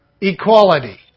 equality